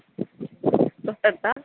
തൊട്ടടുത്താണ്